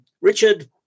Richard